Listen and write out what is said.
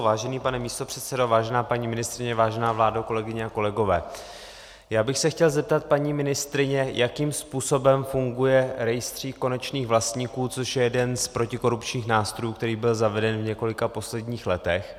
Vážený pane předsedající, vážená paní ministryně, vážená vládo, kolegyně, kolegové, chtěl bych se zeptat paní ministryně, jakým způsobem funguje rejstřík konečných vlastníků, což je jeden z protikorupčních nástrojů, který byl zaveden v několika posledních letech.